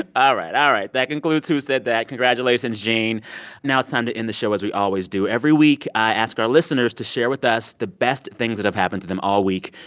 ah all right. all right. that includes who said that. congratulations, gene now it's time um to end the show as we always do. every week, i ask our listeners to share with us the best things that have happened to them all week.